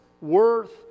worth